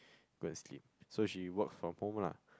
go and sleep so she work from home lah